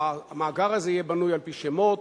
המאגר הזה יהיה בנוי על-פי שמות,